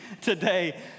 today